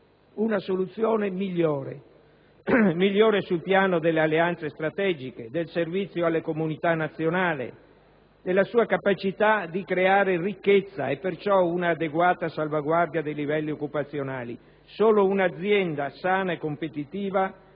una soluzione migliore sul piano delle alleanze strategiche, del servizio alla comunità nazionale e della capacità di creare ricchezza e perciò un'adeguata salvaguardia dei livelli occupazionali. Solo un'azienda sana e competitiva